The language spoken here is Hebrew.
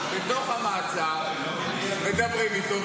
-- בתוך המעצר מדברים איתו,